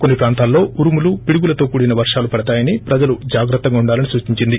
కొన్ని ప్రాంతాల్లో ఉరుములు పిడుగులతో కూడిన వర్గాలు పడతాయని ప్రజలు జాగ్రత్తగా ఉండాలని సూచించింది